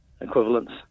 equivalents